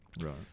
Right